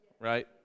right